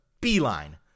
beeline